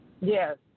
Yes